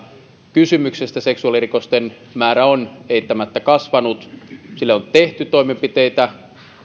kysymyksestä seksuaalirikosten määrä on eittämättä kasvanut sille on tehty toimenpiteitä